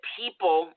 people